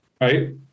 Right